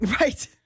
right